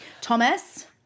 Thomas